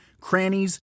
crannies